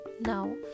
Now